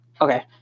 Okay